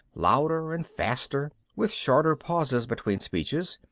louder and faster, with shorter pauses between speeches,